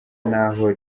naho